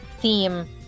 theme